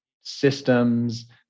systems